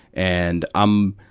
and, um,